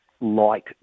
light